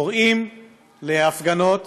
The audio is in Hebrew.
קוראים להפגנות